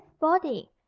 body